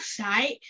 website